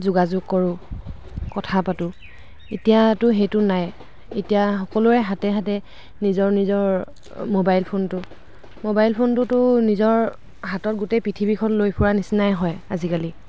যোগাযোগ কৰোঁ কথা পাতোঁ এতিয়াতো সেইটো নাই এতিয়া সকলোৰে হাতে হাতে নিজৰ নিজৰ ম'বাইল ফোনটো ম'বাইল ফোনটোতো নিজৰ হাতত গোটেই পৃথিৱীখন লৈ ফুৰাৰ নিচিনাই হয় আজিকালি